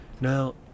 Now